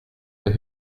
for